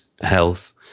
health